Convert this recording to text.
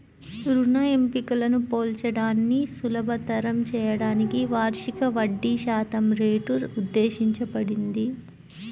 రుణ ఎంపికలను పోల్చడాన్ని సులభతరం చేయడానికి వార్షిక వడ్డీశాతం రేటు ఉద్దేశించబడింది